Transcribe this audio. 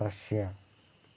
Russia